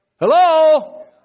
Hello